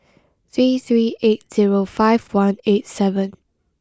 three three eight zero five one eight seven